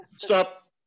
Stop